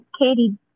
Katie